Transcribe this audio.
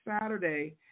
Saturday